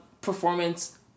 performance